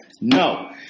No